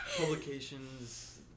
publications